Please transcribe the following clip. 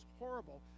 horrible